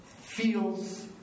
feels